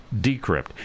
Decrypt